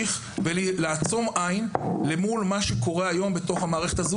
להמשיך ולעצום עין מול מה שקורה היום בתוך המערכת.